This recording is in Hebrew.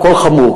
הכול חמור,